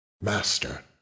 Master